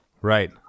Right